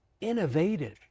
innovative